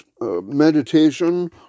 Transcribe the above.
meditation